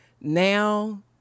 Now